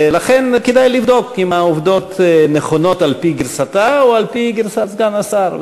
ולכן כדאי לבדוק אם העובדות נכונות על-פי גרסתה או על-פי גרסת סגן השר,